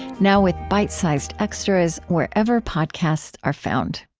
now with bite-sized extras wherever podcasts are found